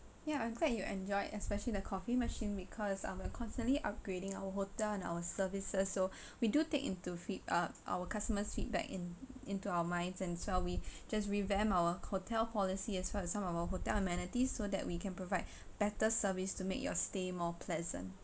ya I'm glad you enjoyed especially the coffee machine because I will constantly upgrading our hotel and our services so we do take into feed~ uh our customers' feedback in into our mine as well we just revamp our hotel policy as well as some of our hotel amenities so that we can provide better service to make your stay more pleasant